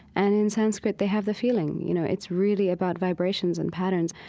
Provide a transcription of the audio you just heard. and in sanskrit they have the feeling. you know, it's really about vibrations and patterns.